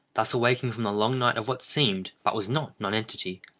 thus awaking from the long night of what seemed, but was not, nonentity,